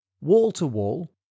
wall-to-wall